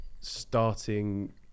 starting